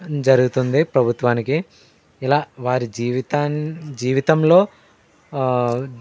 జరుగుతుంది ప్రభుత్వానికి ఇలా వారి జీవితాన్ జీవితంలో